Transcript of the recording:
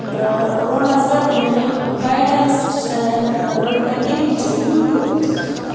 تہٕ روٚن حظ مےٚ یعنی گایڈَنٔس رٔٹ مےٚ کَمِچ یوٗٹیوٗبٔچ